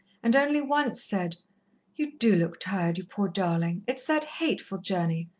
and only once said you do look tired, you poor darling! it's that hateful journey.